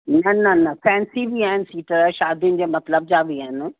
न न न फ़ैंसी बि आहिनि सीटर शादियुनि जे मतिलब जा बि आहिनि